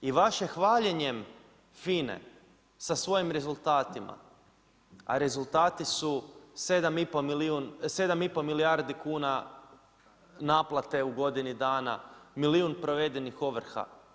I vašem hvaljenjem FINA-e sa svojim rezultatima, a rezultati su 7,5 milijardi kuna naplate u godini dana, milijun provedenih ovrha.